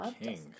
King